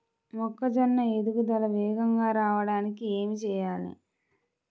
మొక్కజోన్న ఎదుగుదల వేగంగా రావడానికి ఏమి చెయ్యాలి?